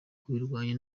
kubirwanya